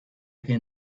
can